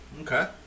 Okay